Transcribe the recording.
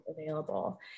available